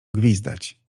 gwizdać